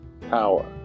power